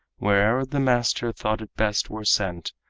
where'er the master thought it best were sent.